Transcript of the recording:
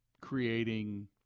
creating